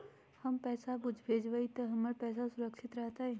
हम पैसा भेजबई तो हमर पैसा सुरक्षित रहतई?